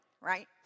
right